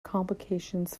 complications